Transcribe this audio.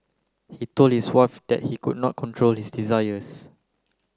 he told his wife that he could not control this desires